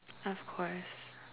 of course